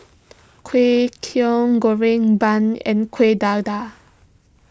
Kway Teow Goreng Bun and Kueh Dadar